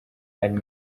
ari